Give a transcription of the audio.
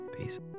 peace